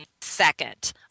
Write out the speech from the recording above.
second